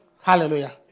Hallelujah